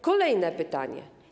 Kolejne pytanie.